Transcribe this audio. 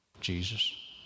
Jesus